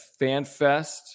FanFest